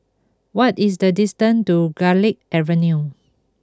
what is the distance to Garlick Avenue